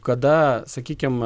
kada sakykim